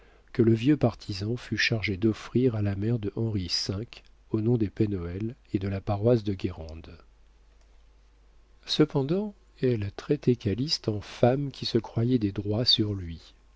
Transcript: que le vieux partisan fut chargé d'offrir à la mère de henri v au nom des pen hoël et de la paroisse de guérande cependant elle traitait calyste en femme qui se croyait des droits sur lui